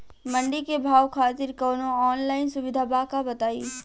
मंडी के भाव खातिर कवनो ऑनलाइन सुविधा बा का बताई?